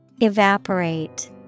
Evaporate